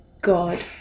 god